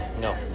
No